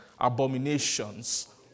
Abominations